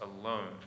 alone